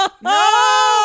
No